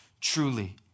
truly